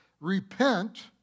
repent